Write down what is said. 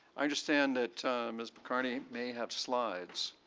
i understand that ms. mccarney may have slides,